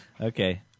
Okay